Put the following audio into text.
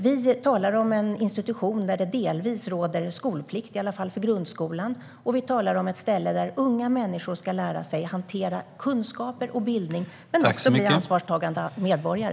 Vi talar om en institution där det delvis råder skolplikt, i alla fall för grundskolan, och vi talar om ett ställe där unga människor ska lära sig att hantera kunskaper och bildning men också bli ansvarstagande medborgare.